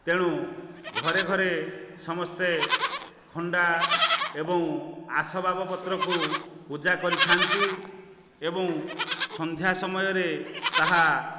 ତେଣୁ ଘରେ ଘରେ ସମସ୍ତେ ଖଣ୍ଡା ଏବଂ ଆସବାବ ପତ୍ରକୁ ପୂଜା କରିଥାନ୍ତି ଏବଂ ସନ୍ଧ୍ୟା ସମୟରେ ତାହା